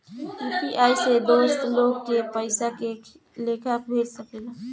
UPI से दोसर लोग के पइसा के लेखा भेज सकेला?